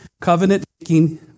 covenant-making